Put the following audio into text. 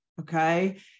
okay